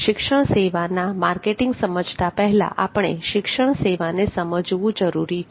શિક્ષણ સેવાના માર્કેટિંગ સમજતા પહેલા આપણે શિક્ષણ સેવાને સમજવું જરૂરી છે